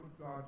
God